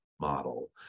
model